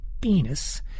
penis